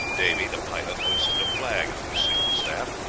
davy, the pilot, hoisted a flag on his signal staff,